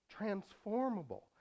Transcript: transformable